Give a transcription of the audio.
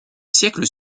siècles